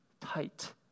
tight